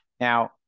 Now